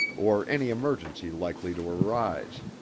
or any emergency likely to arise.